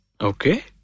Okay